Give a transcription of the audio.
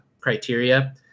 criteria